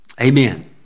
Amen